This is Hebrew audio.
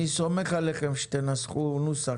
אני סומך עליכם שתנסחו נוסח.